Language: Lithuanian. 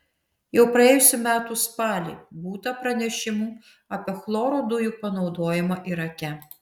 jau praėjusių metų spalį būta pranešimų apie chloro dujų panaudojimą irake